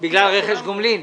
בגלל הרכש הגומלין?